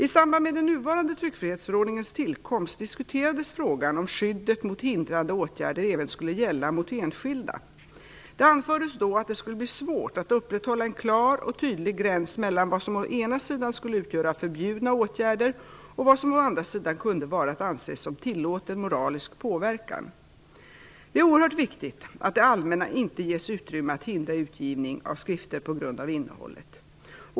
I samband med den nuvarande tryckfrihetsförordningens tillkomst diskuterades frågan om skyddet mot hindrande åtgärder även skulle gälla mot enskilda. Det anfördes då att det skulle bli svårt att upprätthålla en klar och tydlig gräns mellan vad som å ena sidan skulle utgöra förbjudna åtgärder och vad som å andra sidan kunde vara att anse som tillåten moralisk påverkan. Det är oerhört viktigt att det allmänna inte ges utrymme att hindra utgivning av skrifter på grund av innehållet.